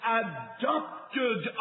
adopted